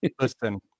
listen